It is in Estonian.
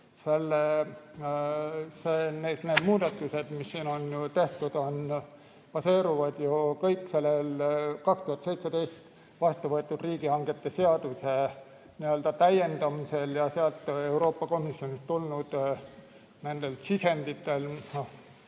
et need muudatused, mis siin on tehtud, baseeruvad ju kõik sellel 2017 vastuvõetud riigihangete seaduse n-ö täiendamisel ja Euroopa Komisjonist tulnud sisenditel